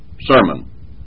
sermon